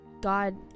God